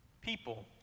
People